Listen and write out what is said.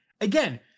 again